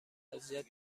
اذیت